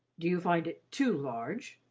do you find it too large?